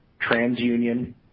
TransUnion